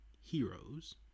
heroes